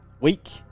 week